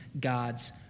God's